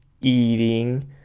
Eating